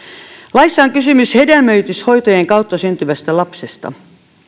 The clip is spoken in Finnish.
laissa on kysymys hedelmöityshoitojen kautta syntyvästä lapsesta